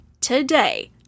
today